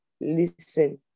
listen